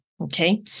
Okay